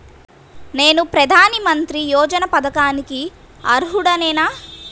నేను ప్రధాని మంత్రి యోజన పథకానికి అర్హుడ నేన?